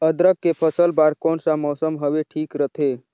अदरक के फसल बार कोन सा मौसम हवे ठीक रथे?